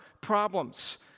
problems